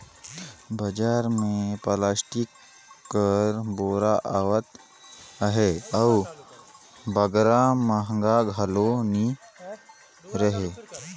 बजार मे पलास्टिक कर बोरा आवत अहे अउ बगरा महगा घलो नी रहें